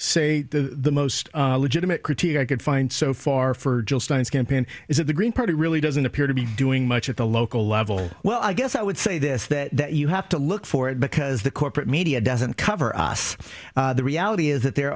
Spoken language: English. say the most legitimate critique i could find so far for jill stein is campaign is that the green party really doesn't appear to be doing much at the local level well i guess i would say this that you have to look for it because the corporate media doesn't cover us the reality is that there